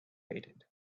waited